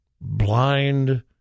blind